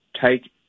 take